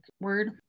word